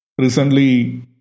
Recently